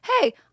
hey